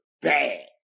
bad